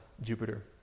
Jupiter